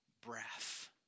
breath